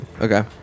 okay